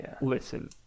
Listen